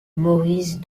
maurice